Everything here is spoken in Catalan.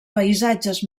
paisatges